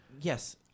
Yes